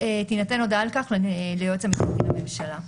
תינתן הודעה על כך ליועץ המשפטי לממשלה."